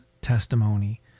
testimony